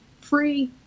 free